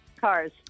cars